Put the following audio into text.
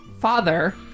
father